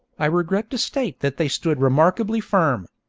i regret to state that they stood remarkably firm.